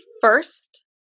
first